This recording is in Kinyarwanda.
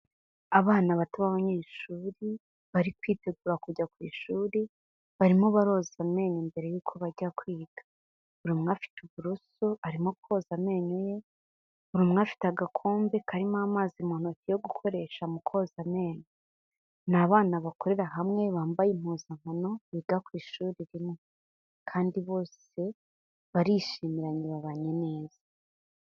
Abana bato b'abanyeshuri bari kwitegura kujya ku ishuri, barimo baroza amenyo mbere yuko bajya kwiga, buri umwe afite buroso arimo koza amenyo ye, buri umwe afite agakombe karimo amazi mu ntoki yo gukoresha mu koza amenyo, ni abana bakorera hamwe bambaye impuzankano biga ku ishuri rimwe kandi bose barishimiranye babanye neza.